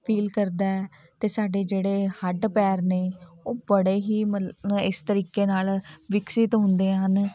feel ਕਰਦਾ ਹੈ ਅਤੇ ਸਾਡੇ ਜਿਹੜੇ ਹੱਡ ਪੈਰ ਨੇ ਉਹ ਬੜੇ ਹੀ ਮਲ ਇਸ ਤਰੀਕੇ ਨਾਲ ਵਿਕਸਿਤ ਹੁੰਦੇ ਹਨ